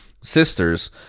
sisters